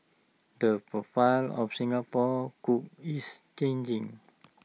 the profile of Singapore cooks is changing